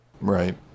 Right